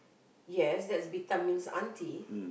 yes that's Bitamin's aunty